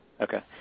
Okay